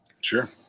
Sure